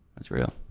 that's real.